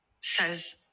Says